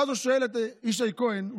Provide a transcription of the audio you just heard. ואז הוא שואל את ישי כהן: